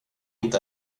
inte